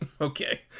okay